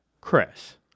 Chris